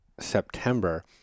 September